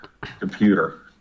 computer